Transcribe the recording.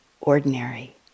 ordinary